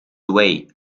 away